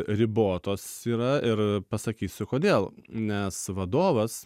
ribotos yra ir pasakysiu kodėl nes vadovas